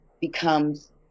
becomes